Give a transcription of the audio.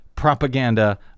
propaganda